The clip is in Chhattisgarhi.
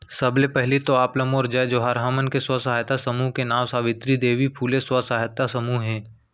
सबले पहिली तो आप ला मोर जय जोहार, हमन के स्व सहायता समूह के नांव सावित्री देवी फूले स्व सहायता समूह हे